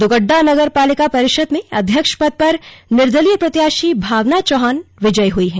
दुगड्डा नगर पालिका परिषद में अध्यक्ष पद पर निर्देलीय प्रत्याशी भावना चौहान विजयी हुई हैं